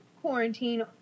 quarantine